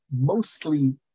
mostly